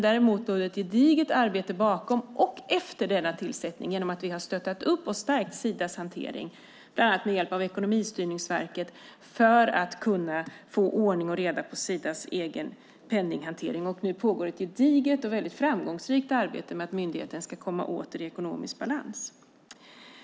Däremot låg det ett gediget arbete bakom och efter denna tillsättning. Vi har stöttat upp och stärkt Sidas hantering, bland annat med hjälp av Ekonomistyrningsverket, för att man ska kunna få ordning och reda i Sidas egen penninghantering. Nu pågår ett gediget och väldigt framgångsrikt arbete för att myndigheten åter ska komma i ekonomisk balans.